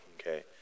okay